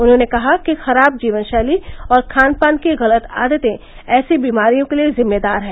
उन्होंने कहा कि खराब जीवन शैली और खान पान की गलत आदतें ऐसी बीमारियों के लिए जिम्मेदार हैं